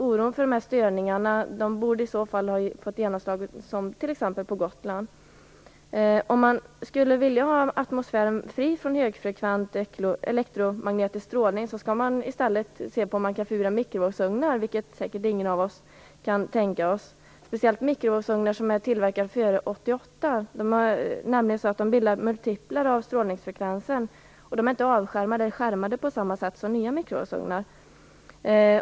Oron för dessa störningar borde i så fall ha fått genomslag t.ex. på Om man vill ha atmosfären fri från högfrekvent elektromagnetisk strålning skall man i stället se på om man kan förbjuda mikrovågsugnar, vilket säkert ingen av oss kan tänka oss. Detta gäller speciellt mikrovågsugnar som tillverkats före 1988. De bildar multipler av strålningsfrekvensen, och de är inte avskärmade på samma sätt som nya mikrovågsugnar.